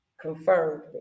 confirmed